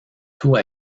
tout